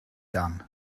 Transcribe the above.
done